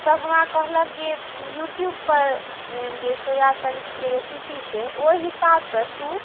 सब हमरा कहलक जे यूट्यूबपर जे सोया चँक्सकेँ रेसिपी छै ओहि हिसाबसँ तू